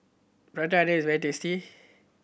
Prata Onion is very tasty